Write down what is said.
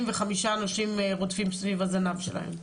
וחמישה אנשים רודפים סביב הזנב שלהם.